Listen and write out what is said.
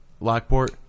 Lockport